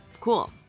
Cool